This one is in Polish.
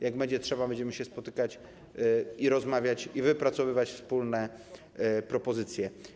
Jak będzie trzeba, będziemy się spotykać, rozmawiać i wypracowywać wspólne propozycje.